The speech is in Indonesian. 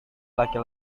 laki